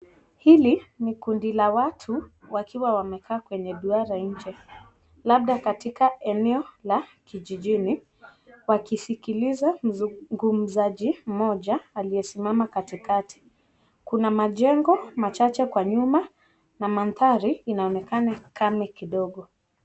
Hili ni kundi la watu wakiwa wamekaa kwenye duara inje. Labda katika eneo la kijijini wakisikiliza mzungumzaji mmoja aliyesimama katikati. Kuna majengo machache kwa nyuma na mandhari inaonekana kame kidogo.